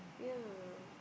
yeah